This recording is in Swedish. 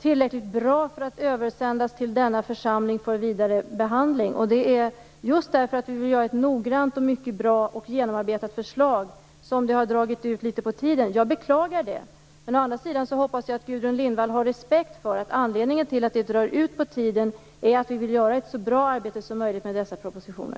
tillräckligt bra för att översändas till denna församling för vidare behandling, och det är just på grund av att vi vill göra ett noggrant, mycket bra och genomarbetat förslag som det har dragit ut litet på tiden. Jag beklagar det, men å andra sidan hoppas jag att Gudrun Lindvall har respekt för att anledningen till att det drar ut på tiden är att vi vill göra ett så bra arbete som möjligt med dessa propositioner.